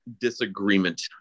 disagreement